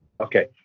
Okay